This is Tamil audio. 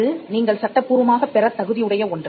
இது நீங்கள் சட்டபூர்வமாக பெறத் தகுதியுடைய ஒன்று